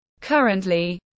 Currently